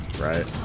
Right